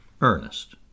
Ernest